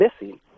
missing